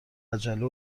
عجله